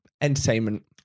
entertainment